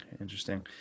interesting